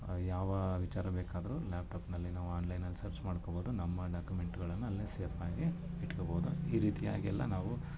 ಯಾವ ವಿಚಾರ ಬೇಕಾದರೂ ಲ್ಯಾಪ್ಟಾಪಿನಲ್ಲಿ ನಾವು ಆನ್ಲೈನಲ್ಲಿ ಸರ್ಚ್ ಮಾಡ್ಕೋಬೋದು ನಮ್ಮ ಡಾಕ್ಯುಮೆಂಟುಗಳನ್ನು ಅಲ್ಲೇ ಸೇಫಾಗಿ ಇಟ್ಕೋಬೋದು ಈ ರೀತಿಯಾಗೆಲ್ಲ ನಾವು